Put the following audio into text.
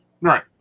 Right